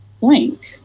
blank